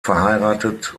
verheiratet